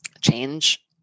change